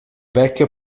vecchio